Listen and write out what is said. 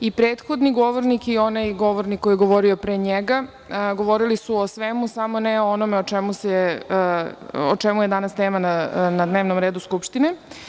I prethodni govornik i onaj govornik koji je govorio pre njega govorili su o svemu, samo ne o onome što je danas tema na dnevnom redu Skupštine.